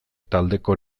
taldeko